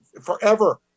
forever